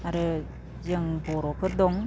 आरो जों बर'फोर दं